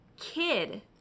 kid